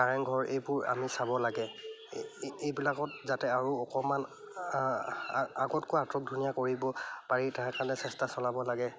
কাৰেংঘৰ এইবোৰ আমি চাব লাগে এইবিলাকত যাতে আৰু অকণমান আগতকৈ আটক ধুনীয়া কৰিব পাৰি তাৰ কাৰণে চেষ্টা চলাব লাগে